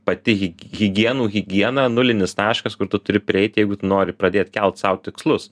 pati higienų higiena nulinis taškas kur tu turi prieit jeigu tu nori pradėt kelti sau tikslus